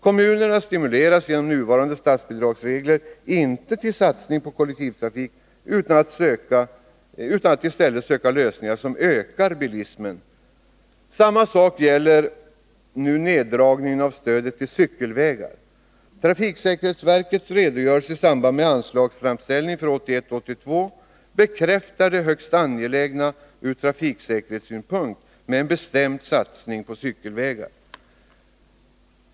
Kommunerna stimuleras genom nuvarande statsbidragsregler inte till satsning på kollektivtrafik utan till att i stället söka lösningar som ökar bilismen. Samma sak gäller neddragningen av stödet till cykelvägar. Trafiksäkerhetsverkets redogörelse i samband med anslagsframställningen för 1981/82 bekräftar det ur trafiksäkerhetssynpunkt högst angelägna med en bestämd satsning på cykelvägar.